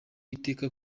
iteka